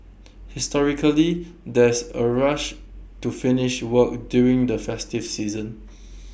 historically there's A rush to finish work during the festive season